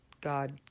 God